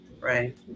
right